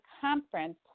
conference